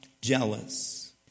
jealous